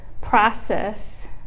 process